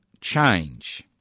change